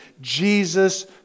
Jesus